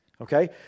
okay